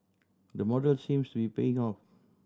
the model seems to be paying off